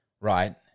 right